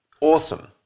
awesome